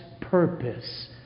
purpose